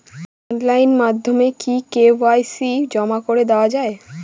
Online মাধ্যমে কি KYC জমা করে দেওয়া য়ায়?